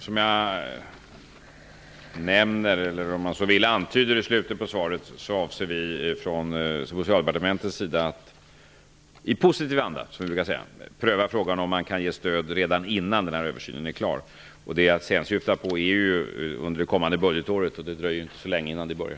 Fru talman! Som jag antyder i slutet på svaret avser vi på Socialdepartementet att i positiv anda pröva frågan om man kan ge stöd redan innan den här översynen är klar. Jag syftar då på det kommande budgetåret, och det dröjer ju inte så länge innan det börjar.